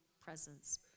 presence